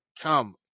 come